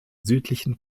südlichen